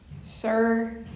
Sir